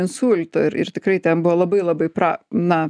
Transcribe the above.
insulto ir ir tikrai ten buvo labai labai pra na